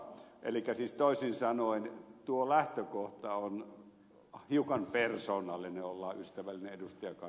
elikkä siis toisin sanoen tuo lähtökohta on hiukan persoonallinen ollaan ystävällisiä ed